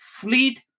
fleet